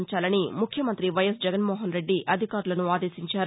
ఉంచాలని ముఖ్యమంతి వైయస్ జగన్మోహన్ రెడ్డి అధికారులను ఆదేశించారు